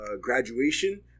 Graduation